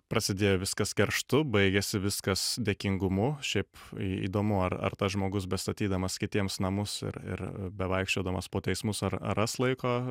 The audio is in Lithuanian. prasidėjo viskas kerštu baigėsi viskas dėkingumu šiaip įdomu ar ar tas žmogus bestatydamas kitiems namus ir ir bevaikščiodamas po teismus ar ar ras laiko